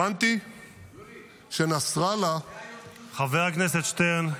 הבנתי שנסראללה ------ חבר הכנסת שטרן,